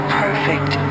perfect